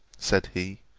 said he,